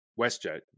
WestJet